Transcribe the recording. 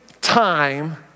time